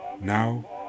now